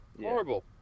Horrible